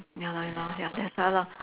ya lor ya lor ya that's why lor